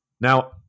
Now